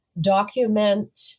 document